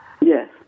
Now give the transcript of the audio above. Yes